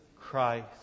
Christ